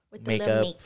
Makeup